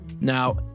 Now